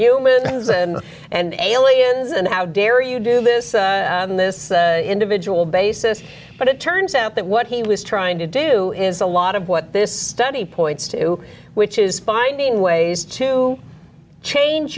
humans and and aliens and how dare you do this on this individual basis but it turns out that what he was trying to do is a lot of what this study points to which is finding ways to change